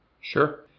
Sure